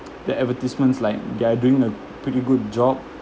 that advertisements like they are doing a pretty good job